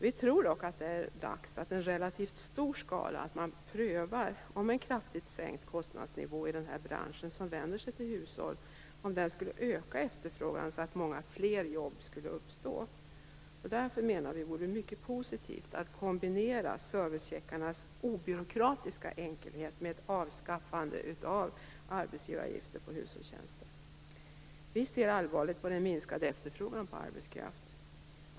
Vi tror dock att det är dags att i relativt stor skala pröva om en kraftigt sänkt kostnadsnivå i den här branschen - som vänder sig till hushåll - skulle öka efterfrågan, så att fler jobb skulle uppstå. Därför vore det positivt att kombinera servicecheckarnas obyråkratiska enkelhet med ett avskaffande av arbetsgivaravgifter på hushållstjänster. Vi ser allvarligt på den minskade efterfrågan på arbetskraft.